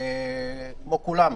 כמו כולם,